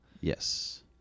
Yes